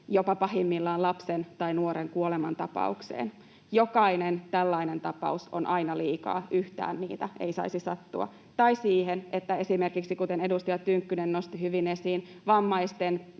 johtanut pahimmillaan jopa lapsen tai nuoren kuolemantapaukseen — jokainen tällainen tapaus on aina liikaa, yhtään niitä ei saisi sattua — tai, kuten edustaja Tynkkynen nosti hyvin esiin,